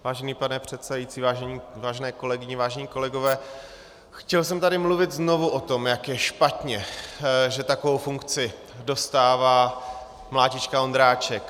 Vážený pane předsedající, vážené kolegyně, vážení kolegové, chtěl jsem tady mluvit znovu o tom, jak je špatně, že takovou funkci dostává mlátička Ondráček.